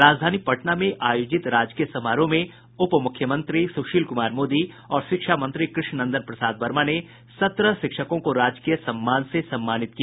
राजधानी पटना में आयोजित राजकीय समारोह में उप मुख्यमंत्री सुशील कुमार मोदी और शिक्षा मंत्री कृष्णनंदन प्रसाद वर्मा ने सत्रह शिक्षकों को राजकीय सम्मान से सम्मानित किया